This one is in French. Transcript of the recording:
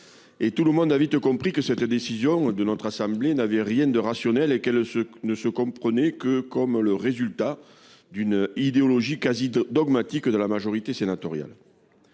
Tout le monde a vite compris que cette décision de notre assemblée n’avait rien de rationnel et qu’elle n’était que le résultat d’une idéologie quasi dogmatique de la majorité sénatoriale.